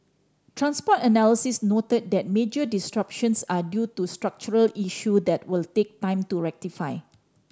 transport analysts noted that major disruptions are due to structural issue that will take time to rectify